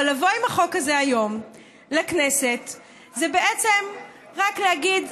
אבל לבוא עם החוק הזה היום לכנסת זה בעצם רק להגיד: